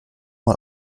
mal